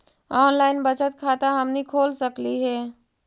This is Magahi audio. ऑनलाइन बचत खाता हमनी खोल सकली हे?